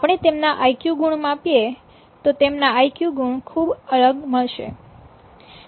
આપણે તેમના આઇકયુ ગુણ માપીએ તો તેમના આઇકયુ ગુણ ખૂબ અલગ મળશે